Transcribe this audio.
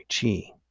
Chi